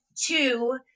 two